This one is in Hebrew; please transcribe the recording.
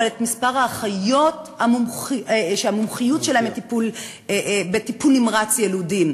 אבל את מספר האחיות שהמומחיות שלהן בטיפול נמרץ יילודים.